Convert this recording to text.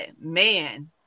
man